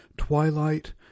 twilight